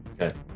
Okay